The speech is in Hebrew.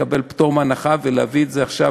לקבל פטור מחובת הנחה ולהביא את זה עכשיו